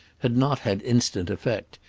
had not had instant effect,